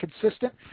consistent